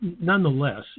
nonetheless